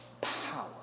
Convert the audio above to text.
power